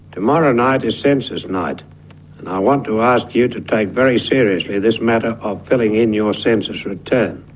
tomorrow night is census night and i want to ask you to take very seriously this matter of filling in your census return.